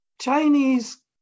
Chinese